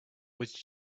was